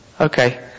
okay